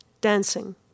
Dancing